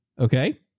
okay